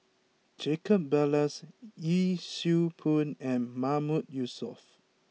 Jacob Ballas Yee Siew Pun and Mahmood Yusof